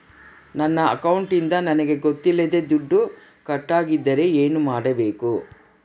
ನನ್ನ ಅಕೌಂಟಿಂದ ನನಗೆ ಗೊತ್ತಿಲ್ಲದೆ ದುಡ್ಡು ಕಟ್ಟಾಗಿದ್ದರೆ ಏನು ಮಾಡಬೇಕು?